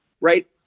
right